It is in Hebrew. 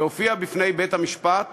להופיע בפני בית-המשפט